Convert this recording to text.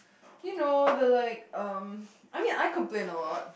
you know the like um I mean I complain a lot